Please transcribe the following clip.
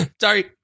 Sorry